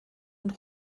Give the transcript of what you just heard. und